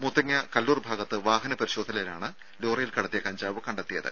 മുത്തങ്ങ കല്ലൂർ ഭാഗത്ത് വാഹന പരിശോധനയിലാണ് ലോറിയിൽ കടത്തിയ കഞ്ചാവ് കണ്ടെത്തിയത്